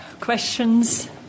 questions